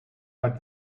but